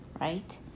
right